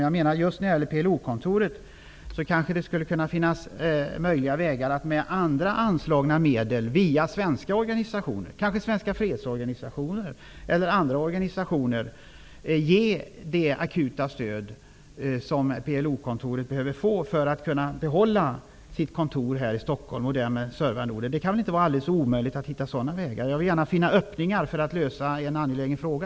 Just när det gäller PLO-kontoret kanske det skulle kunna finnas vägar där det var möjligt att med andra anslagna medel, via svenska organisationer, t.ex. fredsorganisationer, ge det akuta stöd som PLO behöver för att kunna behålla sitt kontor här i Stockholm och därmed serva Norden. Det kan väl inte vara alldeles omöjligt att hitta sådana vägar. Jag vill gärna finna öppningar för att lösa en angelägen fråga.